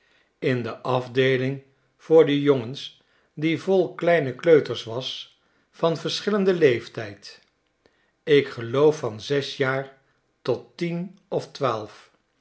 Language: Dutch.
in de afdeeling voor de jongens die vol kleine kleuters was van verschillenden leef tijd ik geloof van zes jaar tot tienof twaalf